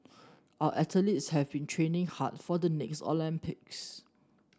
our athletes have been training hard for the next Olympics